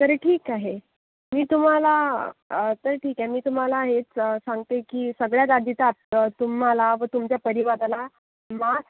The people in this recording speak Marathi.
तर एक ठीक आहे मी तुम्हाला तर ठीक आहे मी तुम्हाला हेच सांगते की सगळ्यात आधी तर आप तुम्हाला व तुमच्या परिवाराला मास्क